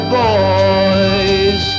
boys